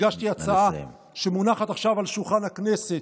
הגשתי הצעה שמונחת עכשיו על שולחן הכנסת,